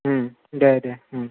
दे दे